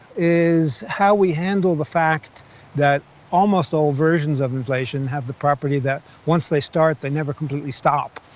is how we handle the fact that almost all versions of inflation have the property that once they start they never completely stop.